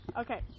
Okay